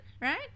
right